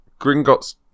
Gringotts